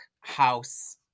house